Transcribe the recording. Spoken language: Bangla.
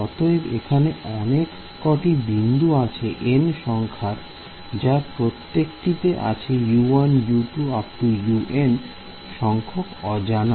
অতএব এখানে অনেক কটি বিন্দু আছে n সংখ্যক যার প্রত্যেকটি তে আছে U1 U2 U3UN সংখ্যক অজানা